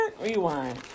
rewind